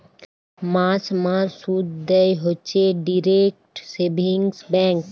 মাস মাস শুধ দেয় হইছে ডিইরেক্ট সেভিংস ব্যাঙ্ক